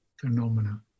phenomena